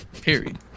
Period